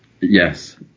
Yes